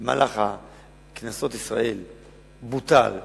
ובמהלך כנסות ישראל זה בוטל וצומצם.